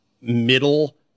middle